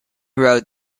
wrote